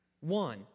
One